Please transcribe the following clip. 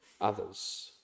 others